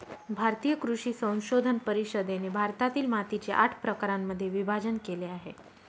भारतीय कृषी संशोधन परिषदेने भारतातील मातीचे आठ प्रकारांमध्ये विभाजण केले आहे